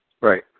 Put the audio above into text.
Right